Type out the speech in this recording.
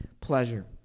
pleasure